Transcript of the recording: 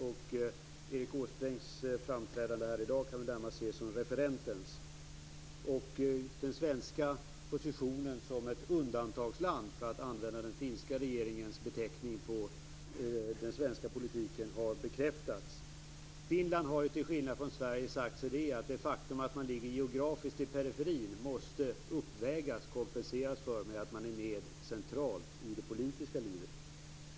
Erik Åsbrinks framträdande här i dag kan väl närmast ses som referentens. Den svenska positionen som ett undantagsland, för att använda den finska regeringens beteckning på den svenska politiken, har bekräftats. Finland har, till skillnad från Sverige, sagt att det faktum att man geografiskt ligger i periferin måste uppvägas av, kompenseras med, att man är med centralt i det politiska livet.